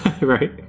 Right